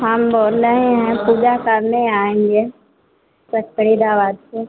हम बोल रहे हैं पूजा करने आएँगे फरीदाबाद से